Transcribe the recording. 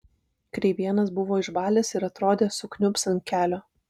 kreivėnas buvo išbalęs ir atrodė sukniubs ant kelio